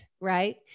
right